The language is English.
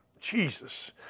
Jesus